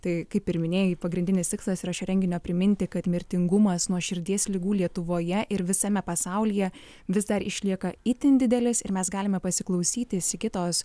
tai kaip ir minėjai pagrindinis tikslas yra šio renginio priminti kad mirtingumas nuo širdies ligų lietuvoje ir visame pasaulyje vis dar išlieka itin didelis ir mes galime pasiklausyti sigitos